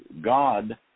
God